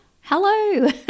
hello